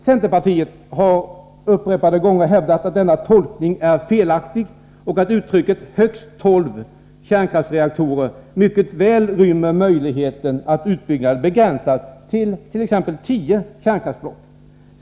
Centerpartiet har upprepade gånger hävdat att denna tolkning är felaktig och att uttrycket ”högst ——-— 12 kärnkraftsreaktorer” mycket väl rymmer möjligheten att utbyggnaden begränsas till exempelvis tio kärnkraftsblock.